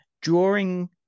drawing